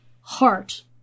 heart